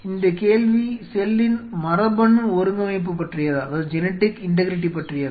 இந்தக் கேள்வி செல்லின் மரபணு ஒருங்கமைப்பு பற்றியதா